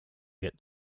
get